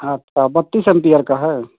अच्छा बत्तीस एम्पिएर का है